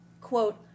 quote